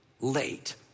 late